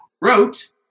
wrote